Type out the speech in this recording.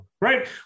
right